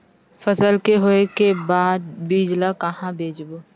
फसल के होय के बाद बीज ला कहां बेचबो?